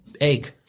egg